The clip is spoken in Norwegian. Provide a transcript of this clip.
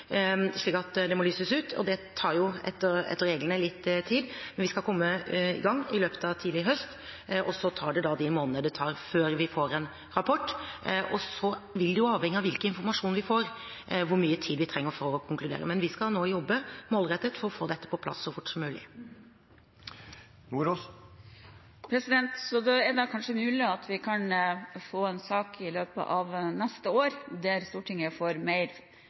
slik at det må lyses ut, og det tar jo etter reglene litt tid. Vi skal komme i gang i løpet av tidlig høst, og så tar det da de månedene det tar før vi får en rapport. Hvor mye tid vi trenger for å konkludere, vil avhenge av hvilken informasjon vi får, men vi skal nå jobbe målrettet for å få dette på plass så fort som mulig. Da er det kanskje mulig at vi kan få en sak i løpet av neste år, der Stortinget får mer